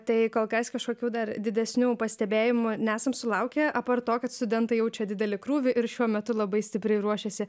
tai kol kas kažkokių dar didesnių pastebėjimų nesam sulaukę apart to kad studentai jaučia didelį krūvį ir šiuo metu labai stipriai ruošiasi